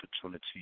opportunity